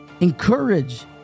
encourage